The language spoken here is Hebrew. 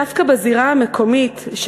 דווקא בזירה המקומית,